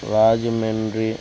Rajahmundry